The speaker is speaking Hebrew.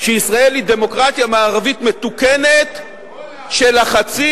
שישראל היא דמוקרטיה מערבית מתוקנת שלחצים